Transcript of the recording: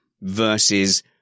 versus